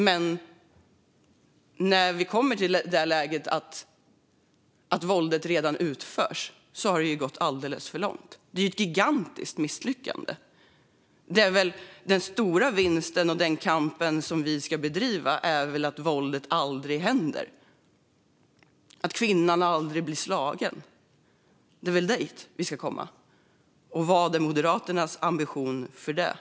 Men när vi kommer till det läget att våldet redan utförs har det ju gått alldeles för långt. Det är ett gigantiskt misslyckande. Den stora vinsten och den kamp som vi ska bedriva är väl att våldet aldrig ska ske, att kvinnan aldrig blir slagen. Det är väl dit vi ska komma. Vad är Moderaternas ambition för detta?